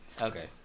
Okay